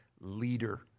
leader